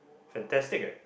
fantastic leh